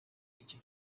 icyo